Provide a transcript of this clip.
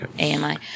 AMI